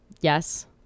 Yes